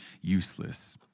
useless